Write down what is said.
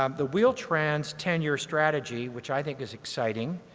um the wheel-trans ten year strategy, which i think is exciting,